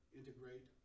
integrate